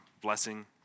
blessing